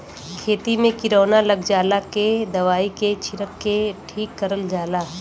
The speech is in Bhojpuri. खेती में किरौना लग जाला जेके दवाई के छिरक के ठीक करल जाला